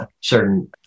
certain